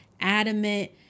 adamant